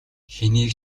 хэнийг